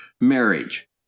marriage